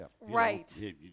Right